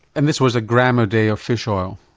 and this was a gram a day of fish oil?